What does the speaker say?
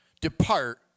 depart